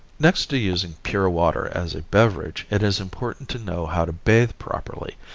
next to using pure water as a beverage it is important to know how to bathe properly,